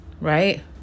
right